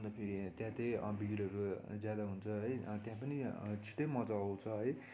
अन्त फेरि त्यहाँ त भिडहरू ज्यादा हुन्छ है त्यहाँ पनि छुट्टै मजा आउँछ है